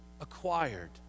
acquired